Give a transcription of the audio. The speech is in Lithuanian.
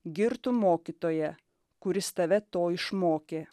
girtų mokytoją kuris tave to išmokė